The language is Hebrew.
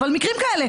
אבל היו מקרים כאלה,